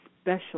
special